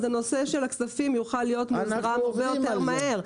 אז הנושא של הכספים יוכל להיות מוזרם הרבה יותר מהר.